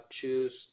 choose